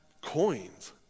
coins